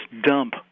dump